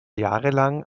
jahrelang